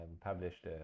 published